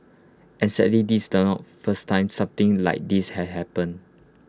and sadly this the not first time something like this had happened